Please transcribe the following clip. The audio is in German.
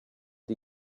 die